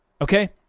Okay